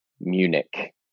Munich